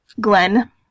Glenn